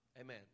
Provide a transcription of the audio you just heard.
Amen